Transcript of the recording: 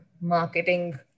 marketing